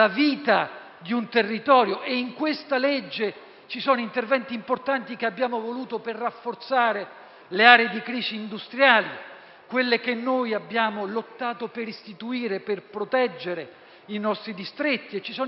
In questa legge ci sono interventi importanti che abbiamo voluto per rafforzare le aree di crisi industriale, quelle sulle quali abbiamo lottato per istituirle, al fine di proteggere i nostri distretti. Ci sono interventi fondamentali